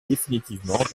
définitivement